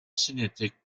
cinétique